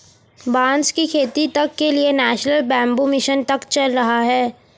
बांस की खेती तक के लिए नेशनल बैम्बू मिशन तक चल रहा है